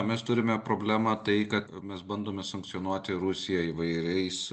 mes turime problemą tai kad mes bandome sankcionuoti rusiją įvairiais